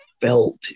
felt